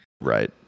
Right